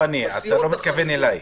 אתה לא מתכוון אליי.